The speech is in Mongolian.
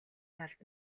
талд